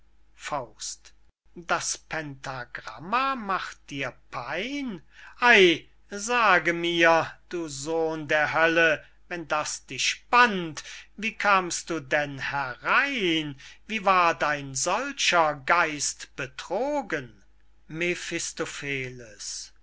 das pentagramma macht dir pein ey sage mir du sohn der hölle wenn das dich bannt wie kamst du denn herein wie ward ein solcher geist betrogen